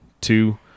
two